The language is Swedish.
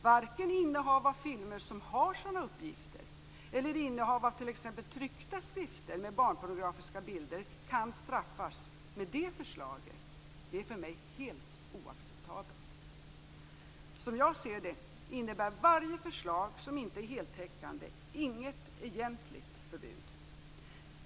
Varken innehav av filmer som har sådana uppgifter eller innehav av t.ex. tryckta skrifter med barnpornografiska bilder kan straffas med det förslaget. Detta är för mig helt oacceptabelt. Som jag ser detta innebär varje förslag som inte är heltäckande inget egentligt förbud.